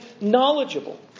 knowledgeable